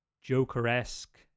Joker-esque